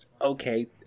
Okay